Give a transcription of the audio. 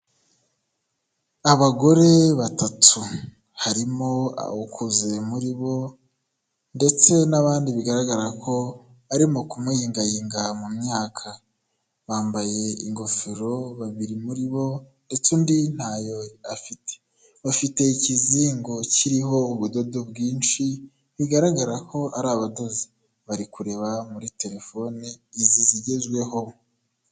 Abagore batatu harimo ukuze muri bo ndetse n'abandi bigaragara ko arimo kumuyingayinga mu myaka . Bambaye ingofero babiri muri bo ndetse undi ntayo afite bafite ikizingo kiriho ubudodo bwinshi bigaragara ko ari abadozi bari kureba muri telefoni izi zigezweho.